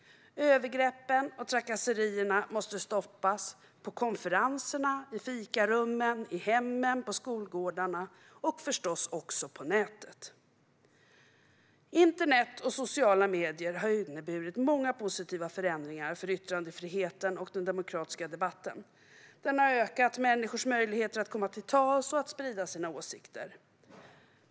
Övergreppen och trakasserierna måste stoppas på konferenserna, i fikarummen, i hemmen, på skolgårdarna och förstås också på nätet. Internet och sociala medier har inneburit många positiva förändringar för yttrandefriheten och den demokratiska debatten. Det har ökat människors möjligheter att komma till tals och att sprida sina åsikter.